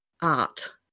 art